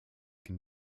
can